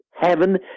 heaven